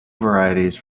varieties